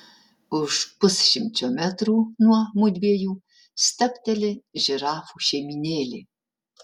už pusšimčio metrų nuo mudviejų stabteli žirafų šeimynėlė